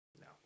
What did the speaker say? no